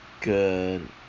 good